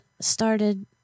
started